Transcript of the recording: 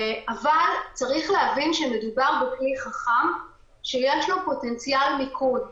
אבל צריך להבין שמדובר בכלי חכם שיש לו פוטנציאל מיקוד.